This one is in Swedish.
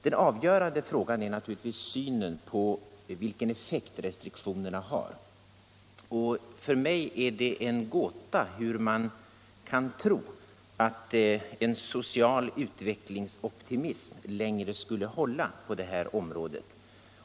Den avgörande frågan är naturligtvis synen på vilken effekt restriktionerna har, och för mig är det en gåta hur man kan tro att en social utvecklingsoptimism längre skulle hålla på det här området.